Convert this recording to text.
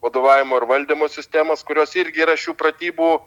vadovavimo ir valdymo sistemas kurios irgi yra šių pratybų